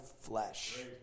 flesh